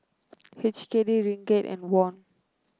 H K D Ringgit and Won